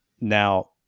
now